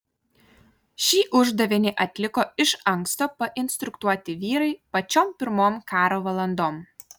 šį uždavinį atliko iš anksto painstruktuoti vyrai pačiom pirmom karo valandom